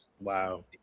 Wow